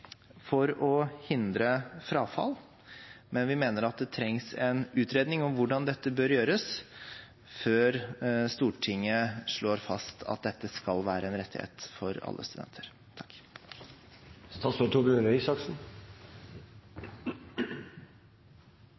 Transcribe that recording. for å hindre frafall, men vi mener at det trengs en utredning om hvordan dette bør gjøres, før Stortinget slår fast at dette skal være en rettighet for alle studenter.